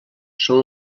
són